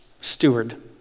steward